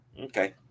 Okay